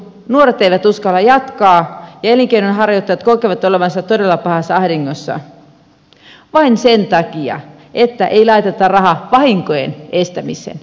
nuoret eivät uskalla jatkaa ja elinkeinonharjoittajat kokevat olevansa todella pahassa ahdingossa vain sen takia että ei laiteta rahaa vahinkojen estämiseen